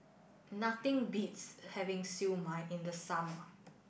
nothing beats having Siew Mai in the summer